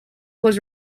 was